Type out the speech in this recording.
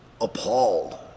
appalled